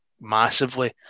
massively